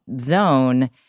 zone